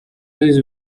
his